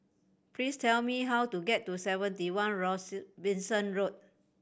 please tell me how to get to Seventy One Robinson Road